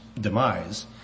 demise